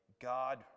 God